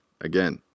again